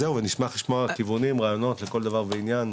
נשמח לשמוע כיוונים, רעיונות, לכל דבר ועניין,